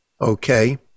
okay